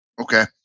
Okay